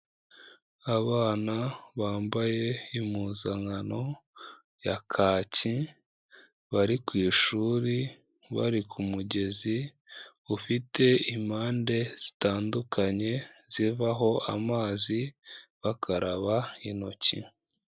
Abana bambaye impuzankano ya kacyi bari ku ishuri, bari ku mugezi ufite impande zitandukanye zivaho amazi bakaraba intoki.